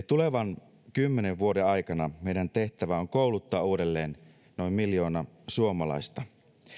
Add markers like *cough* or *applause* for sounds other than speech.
*unintelligible* tulevan kymmenen vuoden aikana meidän tehtävänämme on kouluttaa uudelleen noin miljoona suomalaista